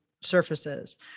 surfaces